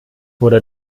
wurde